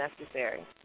necessary